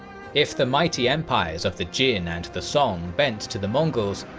if the mighty empires of the jin and the song bent to the mongols,